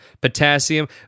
potassium